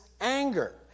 anger